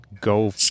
go